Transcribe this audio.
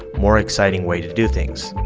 more exciting way to do things.